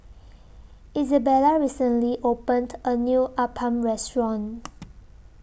Izabella recently opened A New Appam Restaurant